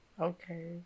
okay